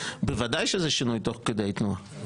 בוודאי שזה שינוי תוך כדי תנועה,